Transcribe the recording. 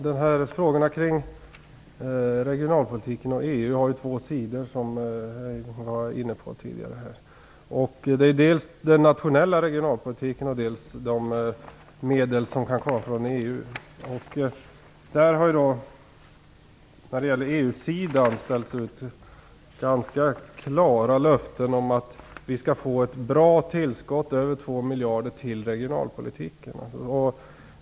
Fru talman! Frågorna om regionalpolitiken och EU, som man tidigare har varit inne på här, har två sidor. Det gäller dels den nationella regionalpolitiken, dels de medel som kan komma från EU. Det har från EU-sidan ställts ut ganska klara löften om att vi skall få ett bra tillskott, över 2 miljarder kronor, till regionalpolitiken.